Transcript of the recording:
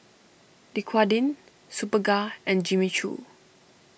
Dequadin Superga and Jimmy Choo